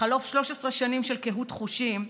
בחלוף 13 שנים של קהות חושים,